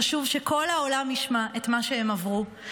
חשוב שכל העולם ישמע מה שהן עברו,